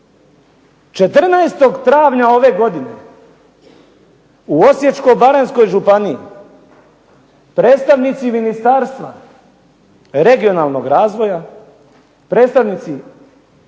14. travnja ove godine u Osječko-baranjskoj županiji predstavnici Ministarstva regionalnog razvoja, predstavnici